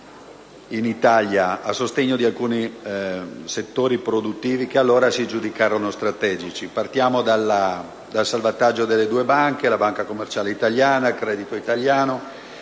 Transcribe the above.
storica, a sostegno di alcuni settori produttivi che allora si giudicarono strategici. Partiamo dal salvataggio delle due banche: la Banca commerciale italiana, il Credito italiano;